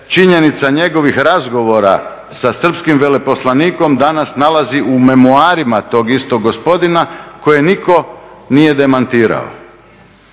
činjenica njegovih razgovora sa srpskim veleposlanikom danas nalazi u memoarima tog istog gospodina koje nitko nije demantirao.